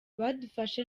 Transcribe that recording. badufashe